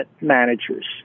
managers